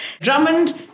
Drummond